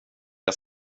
jag